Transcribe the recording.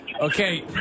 Okay